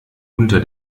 unter